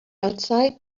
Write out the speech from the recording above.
outside